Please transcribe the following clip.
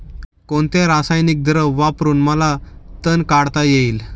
कोणते रासायनिक द्रव वापरून मला तण काढता येईल?